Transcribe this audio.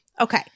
Okay